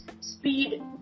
speed